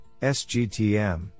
SGTM